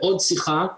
מאוד שיחה.